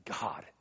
God